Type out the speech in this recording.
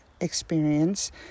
experience